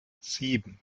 sieben